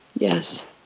Yes